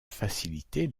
faciliter